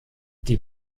die